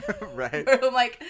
Right